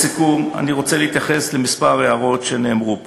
לסיכום, אני רוצה להתייחס לכמה הערות שנאמרו פה.